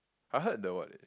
I heard the what